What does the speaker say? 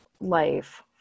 life